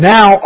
Now